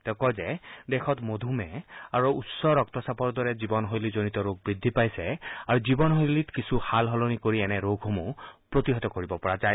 তেওঁ কয় যে দেশত মধুমেহ আৰু উচ্চ ৰক্তচাপৰ দৰে জীৱনশৈলীজনিত ৰোগ বুদ্ধি পাইছে আৰু জীৱনশৈলীত কিছু সালসলনি কৰি এনে ৰোগসমূহ প্ৰতিহত কৰিব পৰা যায়